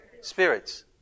Spirits